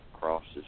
crosses